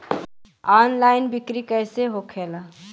Online बिक्री कैसे होखेला?